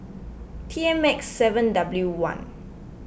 T M X seven W one